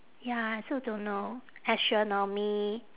ya I also don't know astronomy